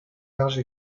large